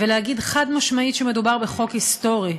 ולהגיד חד-משמעית שמדובר בחוק היסטורי.